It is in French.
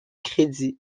crédit